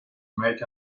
make